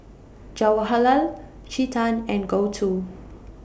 Jawaharlal Chetan and Gouthu